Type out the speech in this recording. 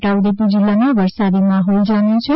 છોટા ઉદેપુર જીલ્લામાં વરસાદી માહોલ જામ્યો છે